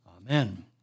Amen